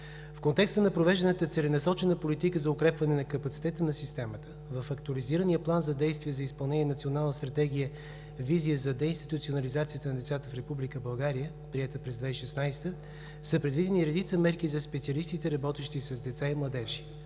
В контекста на провежданата целенасочена политика за укрепване на капацитета на системата, в Актуализирания план за действие за изпълнение на Национална стратегия „Визия за деинституционализацията на децата в Република България“, приета през 2016 г., са предвидени редица мерки за специалистите, работещи с деца и младежи,